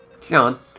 John